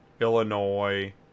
Illinois